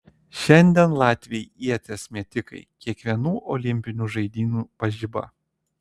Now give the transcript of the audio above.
šiandien latviai ieties metikai kiekvienų olimpinių žaidynių pažiba